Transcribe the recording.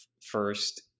First